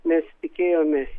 mes tikėjomės